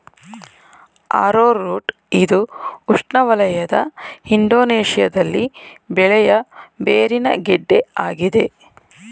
arrowroot ಇದು ಉಷ್ಣವಲಯದ ಇಂಡೋನೇಶ್ಯದಲ್ಲಿ ಬೆಳೆಯ ಬೇರಿನ ಗೆಡ್ಡೆ ಆಗಿದೆ